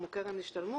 כמו קרן השתלמות,